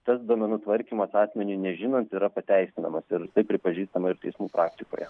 tas duomenų tvarkymas asmeniui nežinant yra pateisinamas ir tai pripažįstama ir teismų praktikoje